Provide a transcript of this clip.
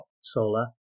solar